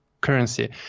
currency